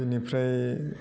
बेनिफ्राय